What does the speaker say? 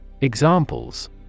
Examples